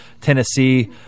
Tennessee